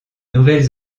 nouvelle